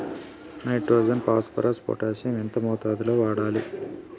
Nitrogen phosphorus potassium ఎంత మోతాదు లో వాడాలి?